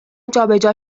جابجا